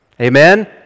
Amen